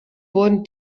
wurden